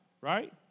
right